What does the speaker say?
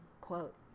Quote